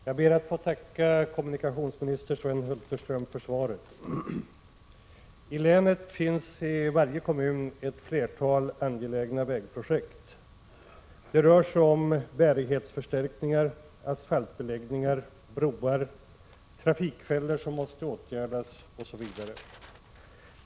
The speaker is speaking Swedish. Herr talman! Jag ber att få tacka kommunikationsminister Sven Hulterström för svaret. I varje kommun i Västerbottens län finns det ett flertal angelägna vägprojekt. Det rör sig om bärighetsförstärkningar, asfaltbeläggningar, broar, trafikfällor som måste åtgärdas osv.